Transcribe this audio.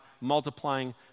multiplying